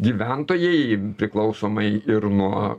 gyventojai priklausomai ir nuo